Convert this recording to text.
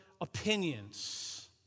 opinions